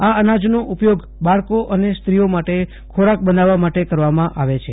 આ અનાજનો ઉપયોગ બાળકો અને સ્ત્રીઓ માટે ખોરાક બનાવવા માટે કરવામાં આવે છે